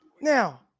Now